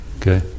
Okay